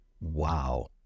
Wow